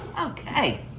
okay.